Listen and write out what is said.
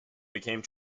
became